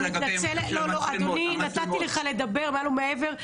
אני מתנצלת, נתתי לך לדבר מעל ומעבר.